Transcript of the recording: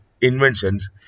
inventions